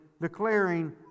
declaring